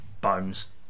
Bones